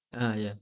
a'ah ya